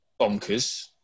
bonkers